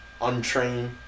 untrained